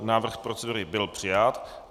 Návrh procedury byl přijat.